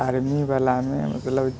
आर्मीवला मे मतलब